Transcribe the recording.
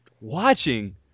watching